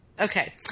Okay